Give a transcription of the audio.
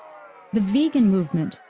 the vegan movement,